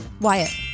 Wyatt